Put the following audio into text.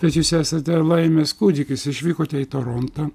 nes jūs esate laimės kūdikis išvykote į torontą